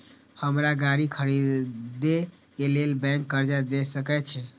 हमरा गाड़ी खरदे के लेल बैंक कर्जा देय सके छे?